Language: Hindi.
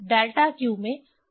डेल्टा q में क्या त्रुटि होगी